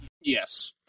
Yes